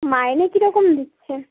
মাইনে কীরকম দিচ্ছে